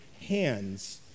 hands